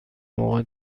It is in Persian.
موقع